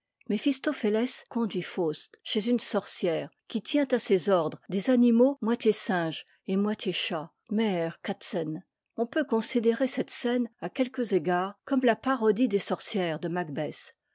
méphistophétès conduit faust chez une sorcière qui tient à ses ordres des animaux moitié singes et moitié chats afeef m e t on peut considérer cette scène à quelques égards comme la parodie des sorcières de